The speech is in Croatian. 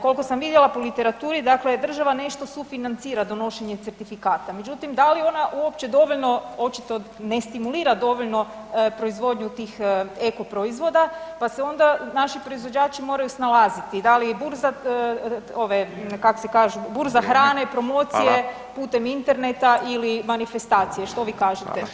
Kolko sam vidjela po literaturi, dakle država nešto sufinancira donošenjem certifikata, međutim da li ona uopće dovoljno očito ne stimulira dovoljno proizvodnju tih eko proizvoda, pa se onda naši proizvođači moraju snalaziti, da li burza, ove kak se kažu, burza hrane, promocije putem interneta [[Upadica: Fala]] ili manifestacije, što vi kažete?